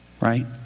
Right